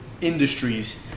industries